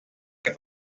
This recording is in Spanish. que